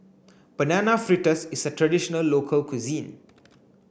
banana fritters is a traditional local cuisine